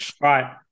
Right